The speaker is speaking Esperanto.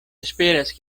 esperas